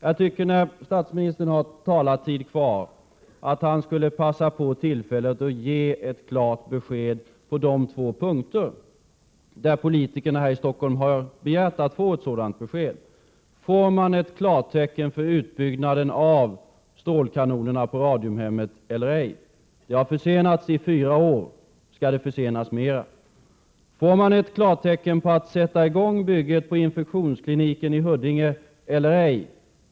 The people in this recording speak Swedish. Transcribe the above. Jag tycker att statsministern, när han ända har talartid kvar, skall passa på tillfället och ge ett klart besked på de två punkter där politikerna här i Stockholm har begärt att få ett sådant besked: Får man ett klartecken för utbyggnaden av strålkanonerna på Radiumhemmet eller ej? Detta besluthar — Prot. 1987/88:96 försenats i fyra år. Skall det försenas ytterligare? 8 april 1988 Får man ett klartecken att sätta i gång byggandet av infektionskliniken i Huddinge eller ej?